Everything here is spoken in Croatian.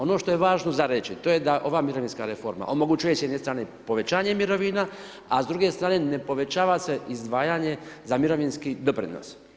Ono što je važno za reći to je da ova mirovinska reforma, omogućuje s jedne strane povećanje mirovina, a s druge strane ne povećava se izdvajanje za mirovinski doprinos.